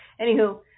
Anywho